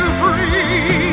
free